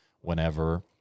whenever